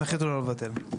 הם החליטו לא לבטל.